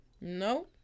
No